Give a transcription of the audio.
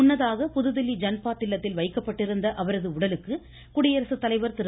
முன்னதாக புதுதில்லி ஜன்பாத் இல்லத்தில் வைக்கப்பட்டிருந்த அவரது உடலுக்கு குடியரசுத்தலைவர் திரு